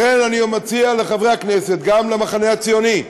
לכן, אני מציע לחברי הכנסת, גם למחנה הציוני,